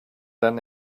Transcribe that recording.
then